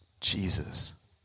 Jesus